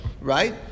right